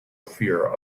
fear